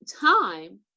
time